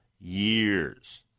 years